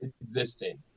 existing